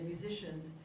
musicians